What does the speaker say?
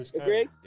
Agree